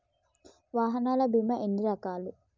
వాహనాల బీమా ఎన్ని రకాలు?